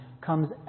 comes